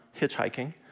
hitchhiking